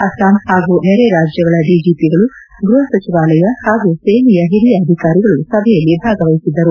ಅಸ್ವಾಂ ಹಾಗೂ ನೆರೆ ರಾಜ್ಯಗಳ ಡಿಜಿಪಿಗಳು ಗೃಹಸಚಿವಾಲಯ ಹಾಗೂ ಸೇನೆಯ ಹಿರಿಯ ಅಧಿಕಾರಿಗಳು ಸಭೆಯಲ್ಲಿ ಭಾಗವಹಿಸಿದ್ದರು